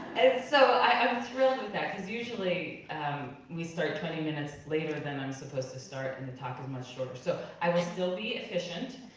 and so i'm thrilled with that, cause usually we start twenty minutes later than i'm supposed to start and the talk is much shorter. so, i will still be efficient,